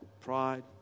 pride